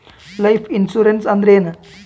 Life insurance ಅಂದ್ರ ಏನ?